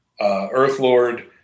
Earthlord